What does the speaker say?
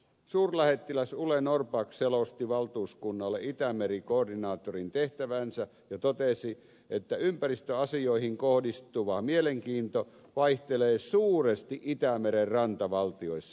suurlähettiläs ole norrback selosti valtuuskunnalle itämeri koordinaattorin tehtäväänsä ja totesi että ympäristöasioihin kohdistuva mielenkiinto vaihtelee suuresti itämeren rantavaltioissa